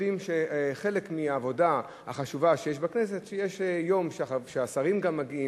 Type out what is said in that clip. יודעים שחלק מהעבודה החשובה שיש בכנסת הוא שיש יום שהשרים גם מגיעים,